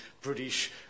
British